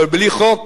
אבל, בלי חוק